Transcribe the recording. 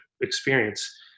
experience